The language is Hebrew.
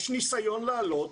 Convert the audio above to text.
יש ניסיון לעלות,